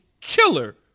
killer